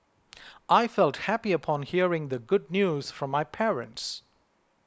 I felt happy upon hearing the good news from my parents